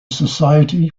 society